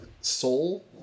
soul